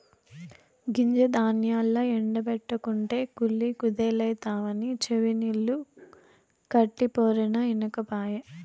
గింజ ధాన్యాల్ల ఎండ బెట్టకుంటే కుళ్ళి కుదేలైతవని చెవినిల్లు కట్టిపోరినా ఇనకపాయె